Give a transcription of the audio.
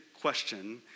question